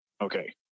okay